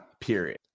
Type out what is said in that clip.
period